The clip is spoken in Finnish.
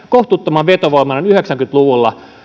kohtuuttoman vetovoimainen yhdeksänkymmentä luvulla